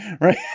right